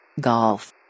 Golf